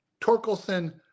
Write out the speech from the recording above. Torkelson